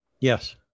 Yes